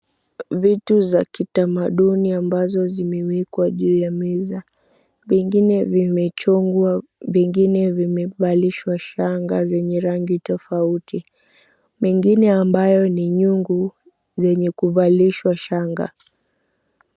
Vitu za kitamaduni ambazo zimewekwa juu ya meza. Vingine vimechongwa, vingine vimevalishwa shanga zenye rangi tofauti. Mengine ambayo ni nyungu zenye kuvalishwa shanga.